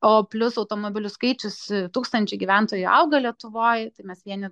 o plius automobilių skaičius tūkstančiui gyventojų auga lietuvoj tai mes vieni